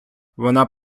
вона